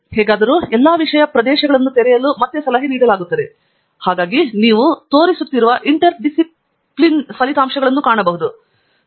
ಹೇಗಾದರೂ ಎಲ್ಲಾ ವಿಷಯ ಪ್ರದೇಶಗಳನ್ನು ತೆರೆಯಲು ಮತ್ತೆ ಸಲಹೆ ನೀಡಲಾಗುತ್ತದೆ ಇದರಿಂದಾಗಿ ನೀವು ತೋರಿಸುತ್ತಿರುವ ಇಂಟರ್ಡಿಪ್ಪಿಲಿನ ಫಲಿತಾಂಶಗಳನ್ನು ಕಾಣಬಹುದು